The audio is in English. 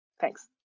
Thanks